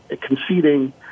conceding